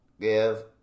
give